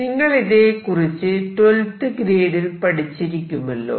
നിങ്ങൾ ഇതേകുറിച്ച് 12th ഗ്രേഡിൽ പഠിച്ചിരിക്കുമല്ലോ